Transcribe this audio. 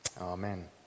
Amen